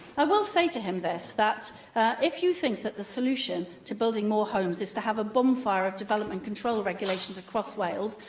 i will say to him this if you think that the solution to building more homes is to have a bonfire of development control regulations across wales,